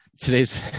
Today's